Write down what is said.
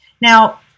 Now